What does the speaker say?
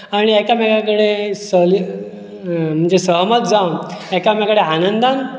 आनी एकामेकां कडेन म्हणजें सहमत जावन एकामेका कडेन आनंदान